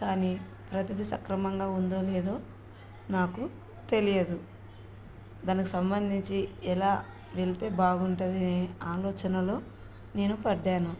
కానీ ప్రతిదీ సక్రమంగా ఉందో లేదో నాకు తెలియదు దానికి సంబంధించి ఎలా వెళ్తే బాగుంటుంది అని ఆలోచనలో నేను పడ్డాను